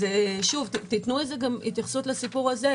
אז שוב, תנו התייחסות לסיפור הזה.